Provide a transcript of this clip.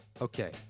Okay